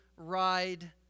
ride